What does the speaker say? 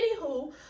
anywho